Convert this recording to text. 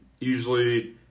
usually